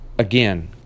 Again